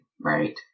right